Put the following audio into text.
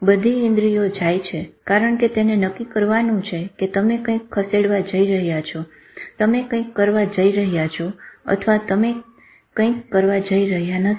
બધી ઇન્દ્રિયો જાય છે કારણ કે તેને નક્કી કરવાનું છે કે તમે કંઈક ખસેડવા જઈ રહ્યા છો તમે કંઈક કરવા જઈ રહ્યા છો અથવા તમે કંઈક કરવા જઈ રહ્યા નથી